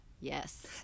Yes